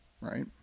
Right